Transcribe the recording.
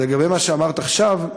לגבי מה שאמרת עכשיו,